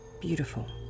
beautiful